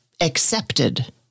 accepted